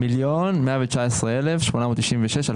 בסך של מיליון 119,896 אלפי